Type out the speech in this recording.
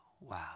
wow